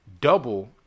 double